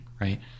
right